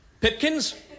Pipkins